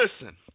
listen